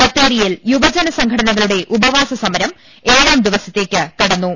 ബത്തേരിയിൽ യുവജനസംഘടന കളുടെ ഉപവാസ സമരം ഏഴാം ദിവസത്തേക്ക് കടന്നു